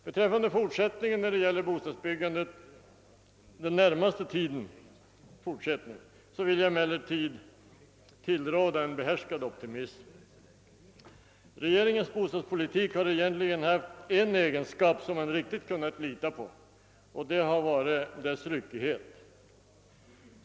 Beträffande fortsättningen av bostadsbyggandet under den närmaste tiden vill jag emellertid tillråda en behärskad optimism. Regeringens bostadspolitik har egentligen haft en egenskap som man riktigt kunnat lita på och det har varit ryckigheten.